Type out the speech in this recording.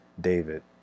David